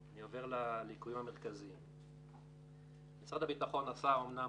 אני עובר לליקויים המרכזיים (שקף 8). משרד הביטחון עשה אמנם